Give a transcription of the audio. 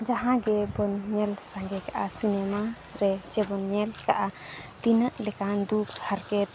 ᱡᱟᱦᱟᱸ ᱜᱮᱵᱚᱱ ᱧᱮᱞ ᱥᱟᱸᱜᱮ ᱠᱟᱜᱼᱟ ᱨᱮ ᱪᱮ ᱵᱚᱱ ᱧᱮᱞ ᱠᱟᱜᱼᱟ ᱛᱤᱱᱟᱹᱜ ᱞᱮᱠᱟᱱ ᱫᱩᱠ ᱦᱟᱨᱠᱮᱛ